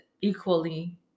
equally